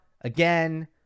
again